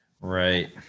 Right